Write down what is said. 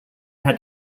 had